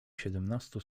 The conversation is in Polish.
siedemnastu